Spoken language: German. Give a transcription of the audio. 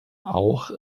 auch